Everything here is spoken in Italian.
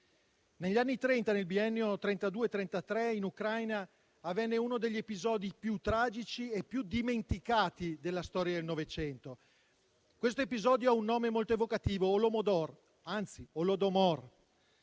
Negli anni Trenta, nel biennio 1932-1933, in Ucraina avvenne uno degli episodi più tragici e più dimenticati della storia del Novecento. Questo episodio ha un nome molto evocativo, Holodomor,